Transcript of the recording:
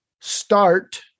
start